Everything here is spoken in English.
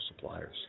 suppliers